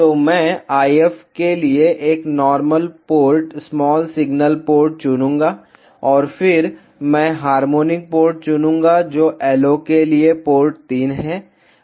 तो मैं IF के लिए एक normal port small signal port चुनूंगा और फिर मैं हार्मोनिक पोर्ट चुनूंगा जो LO के लिए पोर्ट 3 है